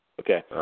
Okay